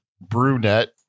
brunette